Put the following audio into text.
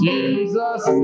Jesus